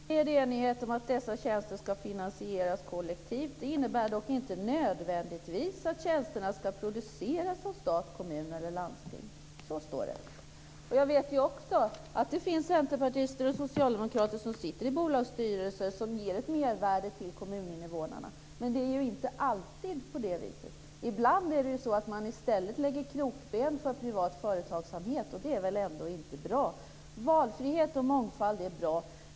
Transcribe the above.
Herr talman! Jag läser: Det finns en bred enighet om att dessa tjänster ska finansieras kollektivt. Det innebär dock inte nödvändigtvis att tjänsterna ska produceras av stat och kommun eller landsting. Så står det. Jag vet också att det finns centerpartister och socialdemokrater i bolagsstyrelser som ger ett mervärde till kommuninvånarna. Men det är inte alltid på det viset. Ibland lägger man i stället krokben för privat företagsamhet. Det är väl ändå inte bra. Valfrihet och mångfald är bra.